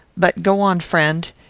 but go on, friend.